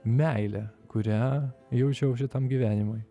meilę kurią jaučiau šitam gyvenimui